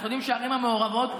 אנחנו יודעים שהערים המעורבות,